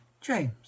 James